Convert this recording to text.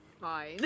Fine